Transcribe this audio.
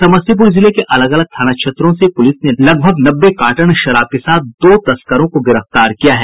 समस्तीपुर जिले के अलग अलग थाना क्षेत्रों से पुलिस ने लगभग नब्बे कार्टन शराब के साथ दो तस्करों को गिरफ्तार किया है